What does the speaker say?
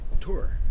tour